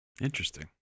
Interesting